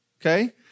okay